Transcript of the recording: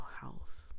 health